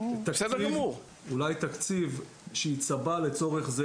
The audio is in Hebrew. אולי תקציב שייצבע לצורך זה,